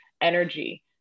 energy